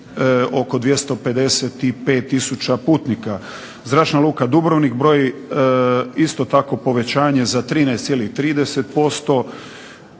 oko 255 tisuća putnika. Zračna luka Dubrovnik broji isto tako povećanje za 13,30%,